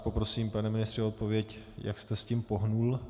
Poprosím vás, pane ministře, o odpověď, jak jste s tím pohnul.